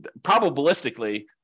probabilistically